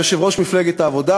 יושב-ראש מפלגת העבודה,